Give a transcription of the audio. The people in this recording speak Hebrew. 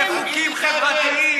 תחשפי את האמת.